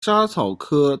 莎草科